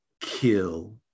kill